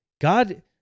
God